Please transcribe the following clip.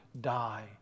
die